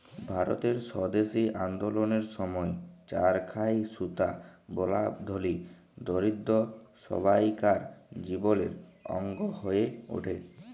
ভারতের স্বদেশী আল্দললের সময় চরখায় সুতা বলা ধলি, দরিদ্দ সব্বাইকার জীবলের অংগ হঁয়ে উঠে